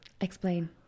explain